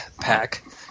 pack